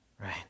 right